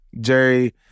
Jerry